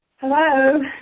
Hello